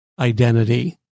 Identity